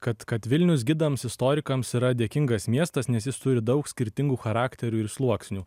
kad kad vilnius gidams istorikams yra dėkingas miestas nes jis turi daug skirtingų charakterių ir sluoksnių